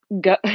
go